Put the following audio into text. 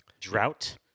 drought